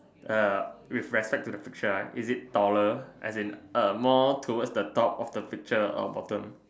err with respect to the picture ah is it taller as in err more toward the top of the picture or bottom